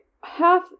half